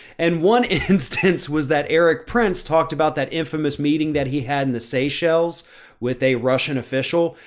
and one instance was that eric prince talked about that infamous meeting that he had in the seychelles with a russian official,